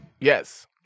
Yes